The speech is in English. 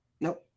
Nope